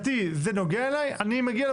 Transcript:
הם אלה שבודקים אחרי זה, הם סוגרים, הם לוקחים את